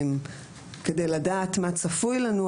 כדי לדעת מה צפוי לנו,